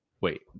Wait